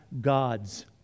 God's